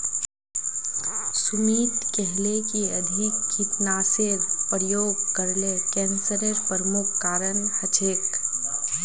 सुमित कहले कि अधिक कीटनाशेर प्रयोग करले कैंसरेर प्रमुख कारण हछेक